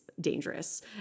dangerous